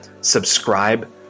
subscribe